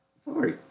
sorry